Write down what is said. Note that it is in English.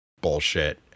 bullshit